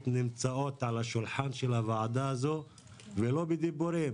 נמצאות על השולחן של הוועדה הזאת ולא בדיבורים,